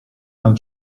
nam